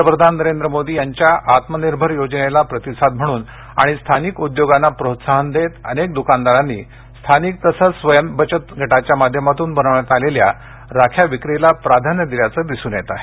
पंतप्रधान नरेंद्र मोदी यांच्या आत्मनिर्भर योजनेला प्रतिसाद म्हणून आणि स्थानिक उद्योगांना प्रोत्साहन देत अनेक दुकानदारांनी स्थानिक तसंच स्वयं बचत गटाच्या माध्यमातून बनवण्यात आलेल्या राख्या विक्रीला प्राधान्य दिल्याचं दिसून येत आहे